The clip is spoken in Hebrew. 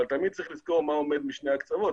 אבל תמיד צריך לזכור מה עומד משני הקצוות.